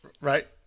Right